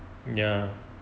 ya